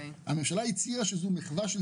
הממשלה ההולנדית הצהירה שזו מחווה של